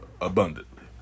abundantly